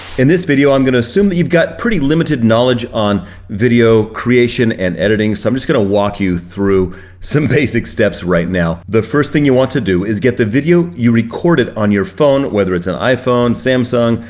in this video, i'm gonna assume that you've got pretty limited knowledge on video creation and editing. so i'm just gonna walk you through some basic steps right now. the first thing you want to do is get the video you recorded on your phone, whether it's an iphone, samsung,